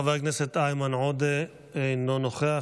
חבר הכנסת איימן עודה, אינו נוכח.